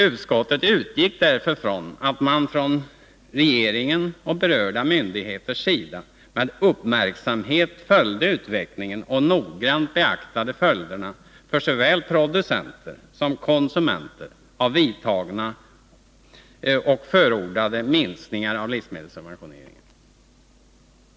Utskottet utgick därför från att man från regeringens och berörda myndigheters sida med uppmärksamhet följde utvecklingen och noggrant beaktade följderna för såväl producenter som konsumenter av vidtagna och förordade minskningar av livsmedelssubventioneringen.